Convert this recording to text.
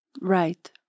Right